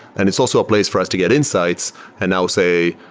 and it's also a place for us to get insights and now say,